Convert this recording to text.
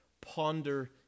ponder